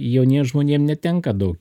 jauniems žmonėm netenka daug